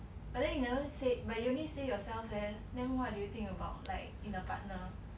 but then you never say but you only say yourself leh then what do you think about like in a partner